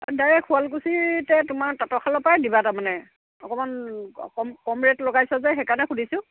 direct শুৱালকুছিতে তোমাৰ তাঁতৰ শালৰ পৰাই দিবা তাৰমানে অকণমান কম কম ৰেট লগাইছা যে সেইকাৰণে সুধিছোঁ